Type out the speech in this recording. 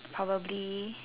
probably